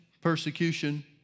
persecution